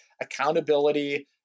accountability